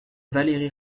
valérie